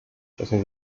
czasem